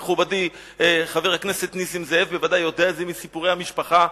מכובדי חבר הכנסת נסים זאב בוודאי יודע את זה מסיפורי המשפחה,